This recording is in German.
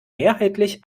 mehrheitlich